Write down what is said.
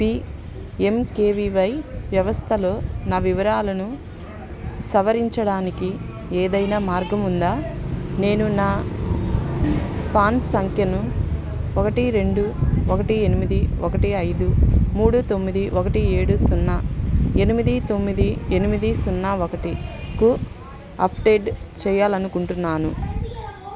PMKVY వ్యవస్థలో నా వివరాలను సవరించడానికి ఏదైనా మార్గం ఉందా నేను నా పాన్ సంఖ్యను ఒకటి రెండు ఒకటి ఎనిమిది ఒకటి ఐదు మూడు తొమ్మిది ఒకటి ఏడు సున్నా ఎనిమిది తొమ్మిది ఎనిమిది సున్నా ఒకటి కు అఫ్డేట్ చెయ్యాలనుకుంటున్నాను